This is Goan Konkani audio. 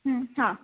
आ